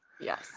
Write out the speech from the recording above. yes